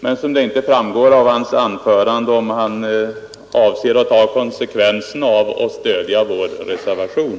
Men det framgår inte av hans anförande om han avser att ta konsekvenserna och stödja vår reservation.